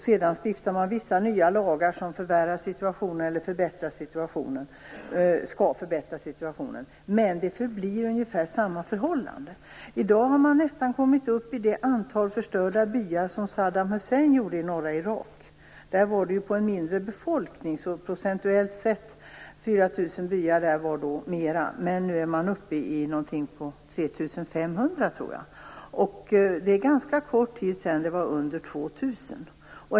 Sedan stiftar man vissa nya lagar som förvärrar situationen, eller skall förbättra situationen, men det förblir ungefär samma förhållande. I dag har man nästan kommit upp i det antal förstörda byar som Saddam Hussein gjorde i norra Irak. Där gällde det en mindre befolkning, och procentuellt sett var 4 000 byar där mer. Men nu är man uppe i ca 3 500. Det är ganska kort tid sedan det var under 2 000.